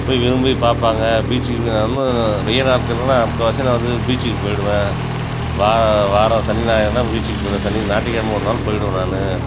போய் விரும்பி பார்ப்பாங்க பீச்சுக்கு நானும் வெயில் நேரத்துலெலாம் முக்கால்வாசி நான் வந்து பீச்சுக்கு போயிவிடுவேன் வா வாரம் சனி ஞாயிறுன்னா பீச்சுக்கு போயிவிடுவேன் சனி ஞாயிற்று கிழமை ஒரு நாள் போயிவிடுவேன் நான்